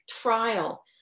trial